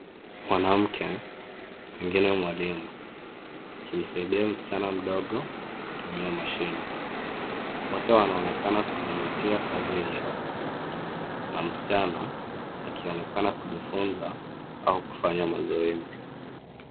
Mwanamke pengine mwalimu akimsaidia msichana mdogo kutumia mashini. Wote wanaonekana kuzingatia kazi iliyopo na msichana akionekana kujifunza au kufanya mazoezi.